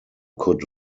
could